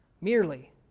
merely